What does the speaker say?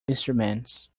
instruments